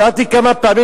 שאלתי כמה פעמים,